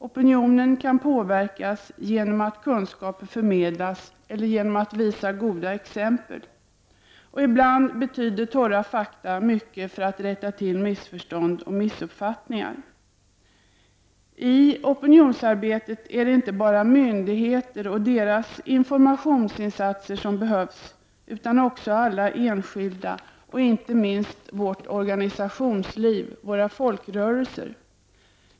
Opinionen kan påverkas genom förmedling av kunskaper eller goda exempel. Ibland betyder torra fakta mycket för att rätta till missförstånd och missuppfattningar. I det opinionsarbetet är det inte bara myndigheterna och deras informationsinsatser som behövs utan också insatser från alla enskilda samt inte minst från vårt organisationsliv och våra folkrörelser.